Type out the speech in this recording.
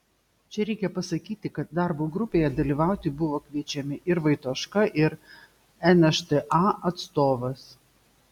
čia reikia pasakyti kad darbo grupėje dalyvauti buvo kviečiami ir vaitoška ir nšta atstovas